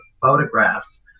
photographs